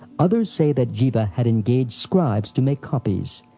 others say that jiva had engaged scribes to make copies,